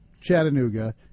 Chattanooga